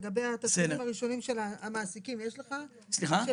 לגבי התשלומים הראשונים לעצמאים, יש לך בשורה?